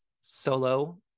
solo